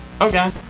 Okay